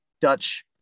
Dutch